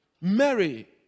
Mary